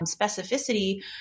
specificity